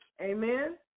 Amen